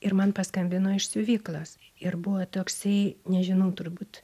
ir man paskambino iš siuvyklos ir buvo toksai nežinau turbūt